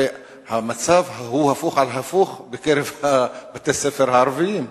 הרי המצב הוא הפוך על הפוך בקרב בתי-הספר הערביים,